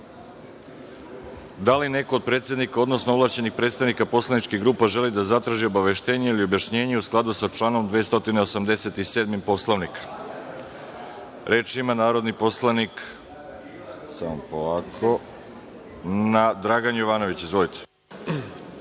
li neko od predsednika, odnosno ovlašćenih predstavnika poslaničkih grupa želi da zatraži obaveštenje ili objašnjenje u skladu sa članom 287. Poslovnika? Reč ima narodni poslanik, Dragan Jovanović. Izvolite.